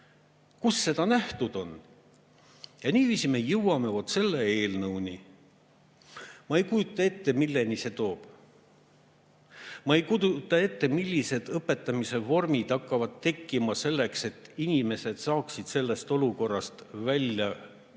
Kus seda nähtud on? Niiviisi me jõuamegi vot selle eelnõuni. Ma ei kujuta ette, milleni see viib. Ma ei kujuta ette, millised õpetamise vormid hakkavad tekkima, selleks et inimesed saaksid sellest olukorrast kuidagi välja